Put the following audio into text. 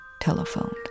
telephoned